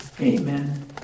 Amen